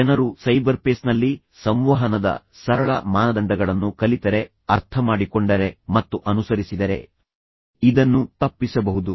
ಜನರು ಸೈಬರ್ಪೇಸ್ನಲ್ಲಿ ಸಂವಹನದ ಸರಳ ಮಾನದಂಡಗಳನ್ನು ಕಲಿತರೆ ಅರ್ಥಮಾಡಿಕೊಂಡರೆ ಮತ್ತು ಅನುಸರಿಸಿದರೆ ಇದನ್ನು ತಪ್ಪಿಸಬಹುದು